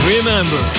Remember